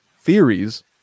theories